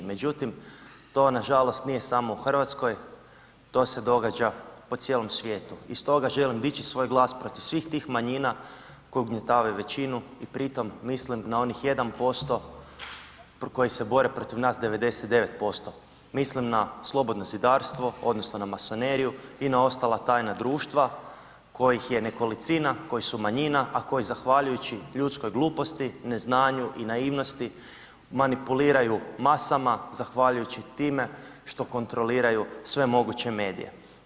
Međutim, to nažalost nije samo u RH, to se događa po cijelom svijetu i stoga želim dići svoj glas protiv svih tih manjina koji ugnjetavaju većinu i pri tom mislim na onih 1% koji se bore protiv nas 99%, mislim na slobodno zidarstvo odnosno na masoneriju i na ostala tajna društva kojih je nekolicina, koji su manjina, a koji zahvaljujući ljudskoj gluposti, neznanju i naivnosti manipuliraju masama zahvaljujući time što kontroliraju sve moguće medije.